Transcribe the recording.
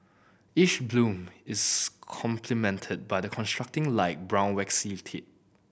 each bloom is complemented by a contrasting light brown waxy tip